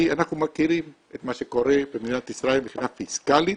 אנחנו מכירים את מה שקורה במדינת ישראל מבחינה פיסקאלית,